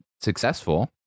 successful